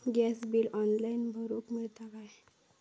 Gas bill online भरुक मिळता काय?